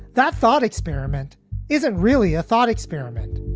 that thought experiment isn't really a thought experiment.